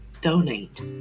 donate